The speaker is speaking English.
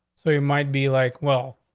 so you might be like, well,